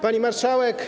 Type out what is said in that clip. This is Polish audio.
Pani Marszałek!